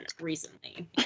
recently